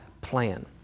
plan